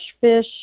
fish